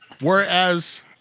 whereas